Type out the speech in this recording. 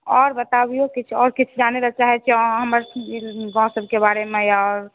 आओर बताबियौ आओर किछु जानै चाहै छी अहाँ हमर गाँव सभकेँ बारेमे या आओर